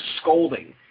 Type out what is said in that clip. scolding